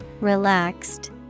Relaxed